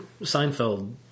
Seinfeld